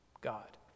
God